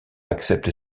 accepte